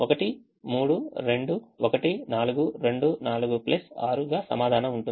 1 3 2 1 4 2 4 plus 6 గా సమాధానం ఉంటుంది